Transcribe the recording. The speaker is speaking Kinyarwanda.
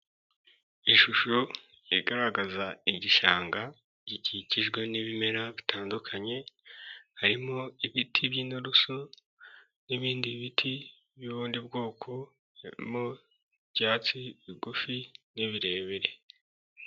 Ishusho igaragaza igishanga gikikijwe n'ibimera bitandukanye harimo ibiti by'inturusu n'ibindi biti by'ubundi bwoko, harimo ibyatsi bigufi n'ibirebire.